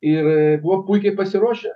ir buvo puikiai pasiruošę